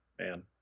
Man